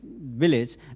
village